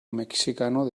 mexicano